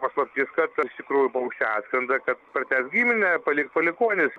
paslaptis kad iš tikrųjų paukščiai atskrenda kad pratęst giminę palikt palikuonis